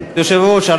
היושב-ראש,